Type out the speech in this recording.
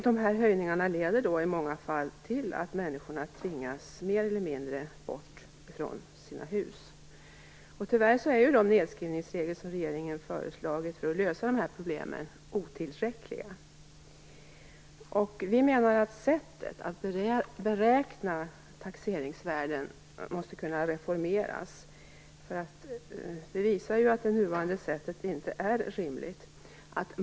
Dessa höjningar leder i många fall till att människor mer eller mindre tvingas bort från sina hus. Tyvärr är de nedskrivningsregler som regeringen har föreslagit för att lösa dessa problem otillräckliga. Vi menar att sättet att beräkna taxeringsvärden måste kunna reformeras. Det har ju visat sig att det nuvarande sättet inte är rimligt.